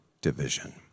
division